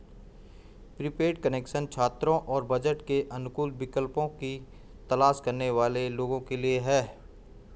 prepaid connection छात्रों और budget के अनुकूल विकल्पों की तलाश करने वाले लोगों के लिए है